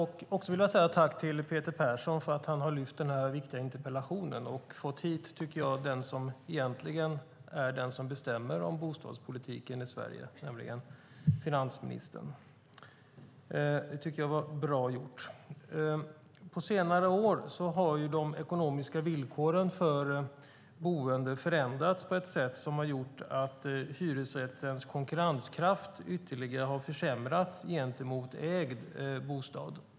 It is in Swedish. Herr talman! Jag vill tacka Peter Persson för att han har ställt denna viktiga interpellation och fått hit den som jag tycker egentligen bestämmer om bostadspolitiken i Sverige, nämligen finansministern. Det var bra gjort. På senare år har de ekonomiska villkoren för boende förändrats på ett sätt som har gjort att hyresrättens konkurrenskraft ytterligare har försämrats gentemot ägd bostad.